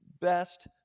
best